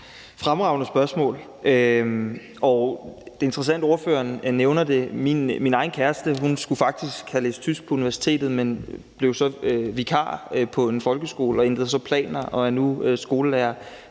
fremragende spørgsmål, og det er interessant, at ordføreren nævner det. Min egen kæreste skulle faktisk have læst tysk på universitetet, men blev vikar på en folkeskole og ændrede så planer, og nu er hun skolelærer